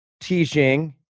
teaching